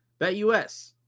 BetUS